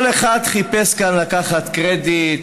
כל אחד חיפש כאן לקחת קרדיט,